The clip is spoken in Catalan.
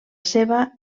seva